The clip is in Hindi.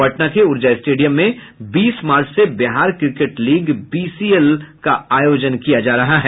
पटना के ऊर्जा स्टेडियम में बीस मार्च से बिहार क्रिकेट लीग बीसीएल शुरू हो रहा है